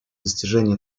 достижении